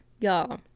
Y'all